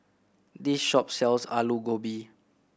this shop sells Alu Gobi